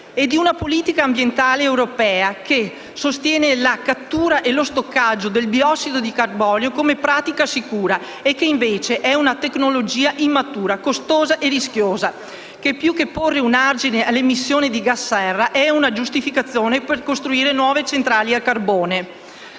di una politica ambientale europea che sostiene la cattura e lo stoccaggio del biossido di carbonio come pratica sicura e che invece è una tecnologia immatura, costosa e rischiosa, che più che porre un argine alla emissione di gas serra è una giustificazione per costruire nuove centrali a carbone?